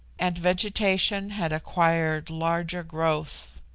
and vegetation had acquired larger growth.